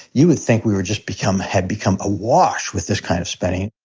you would think we were just become had become awash with this kind of spending.